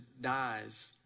dies